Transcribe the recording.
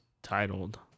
Titled